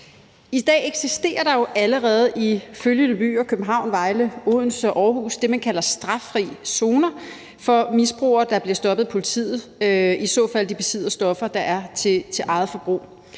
I dag eksisterer der jo allerede i København, Vejle, Odense og Aarhus det, man kalder straffri zoner for misbrugere, der bliver stoppet af politiet, ifald de besidder stoffer, der er til eget forbrug.